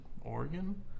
Oregon